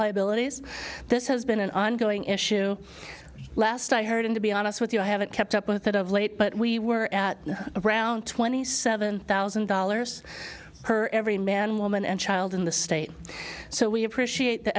liabilities this has been an ongoing issue last i heard and to be honest with you i haven't kept up with it of late but we were at around twenty seven thousand dollars per every man woman and child in the state so we appreciate the